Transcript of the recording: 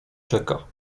czeka